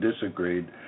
disagreed